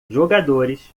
jogadores